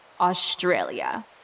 Australia